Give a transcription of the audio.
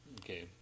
Okay